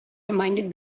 reminded